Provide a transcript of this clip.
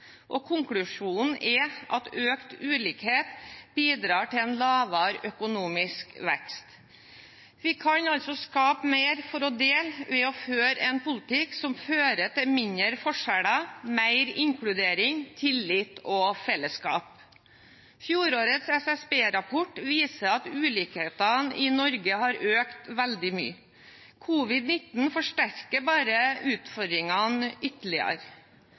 Vi kan altså skape mer for å dele ved å føre en politikk som fører til mindre forskjeller, mer inkludering, tillit og fellesskap. Fjorårets SSB-rapport viser at ulikhetene i Norge har økt veldig mye. Covid-19 forsterker bare utfordringene ytterligere.